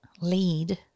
lead